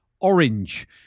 Orange